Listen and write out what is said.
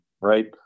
right